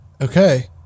Okay